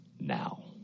now